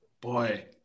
Boy